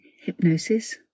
hypnosis